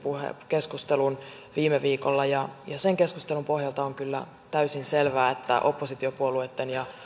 keskustelun viime viikolla ja ja sen keskustelun pohjalta on kyllä täysin selvää että oppositiopuolueitten ja